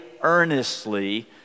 earnestly